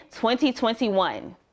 2021